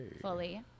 fully